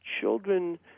children